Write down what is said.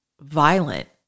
violent